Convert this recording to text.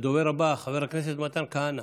הדובר הבא, חבר הכנסת מתן כהנא.